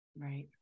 Right